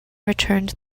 returned